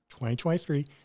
2023